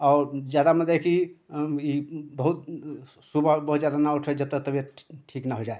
और ज़्यादा मतलब कि ई बहुत सुबह बहुत ज़्यादा न उठें जब तक तबियत ठीक न हो जाए